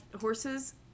horses